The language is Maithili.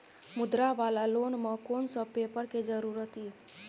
मुद्रा वाला लोन म कोन सब पेपर के जरूरत इ?